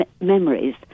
memories